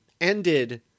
ended